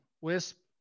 wisp